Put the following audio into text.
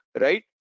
right